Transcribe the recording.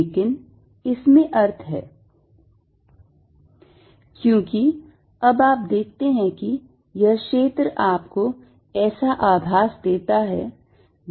लेकिन इसमें अर्थ है क्योंकि अब आप देखते हैं कि यह क्षेत्र आपको ऐसा आभास देता है जैसे कि वह घूमेगा